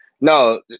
no